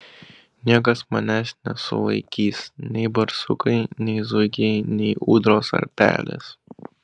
niekas manęs nesulaikys nei barsukai nei zuikiai nei ūdros ar pelės